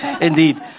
indeed